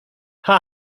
cha